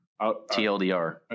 TLDR